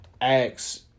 acts